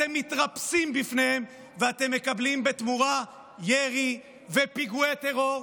אתם מתרפסים בפניהם ואתם מקבלים בתמורה ירי ופיגועי טרור,